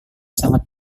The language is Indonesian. sangat